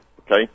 Okay